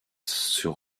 sur